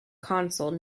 console